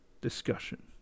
discussion